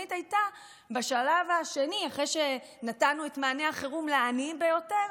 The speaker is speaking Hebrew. התוכנית הייתה שבשלב השני אחרי שנתנו את מענה החירום לעניים ביותר,